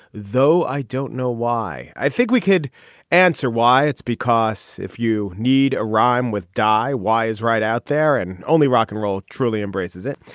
though. i don't know why. i think we could answer why. it's because if you need a rhyme with die, why is right out there and only rock and roll truly embraces it.